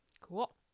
Cool